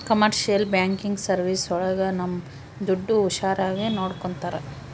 commercial banking service ಒಳಗ ನಮ್ ದುಡ್ಡು ಹುಷಾರಾಗಿ ನೋಡ್ಕೋತರ